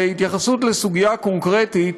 בהתייחסות לסוגיה קונקרטית